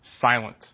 silent